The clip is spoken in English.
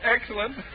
Excellent